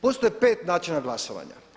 Postoje pet načina glasovanja.